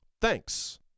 Thanks